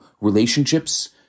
relationships